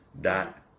dot